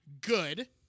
good